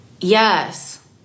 Yes